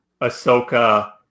Ahsoka